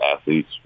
athletes